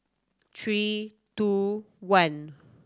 three two one